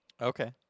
Okay